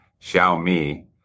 Xiaomi